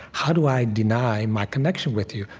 how do i deny my connection with you?